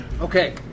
Okay